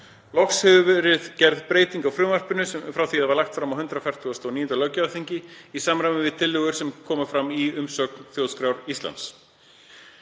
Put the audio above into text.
Loks hefur verið gerð breyting á frumvarpinu frá því það var lagt fram á 149. löggjafarþingi í samræmi við tillögur sem fram komu í umsögn Þjóðskrár Íslands.